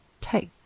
Take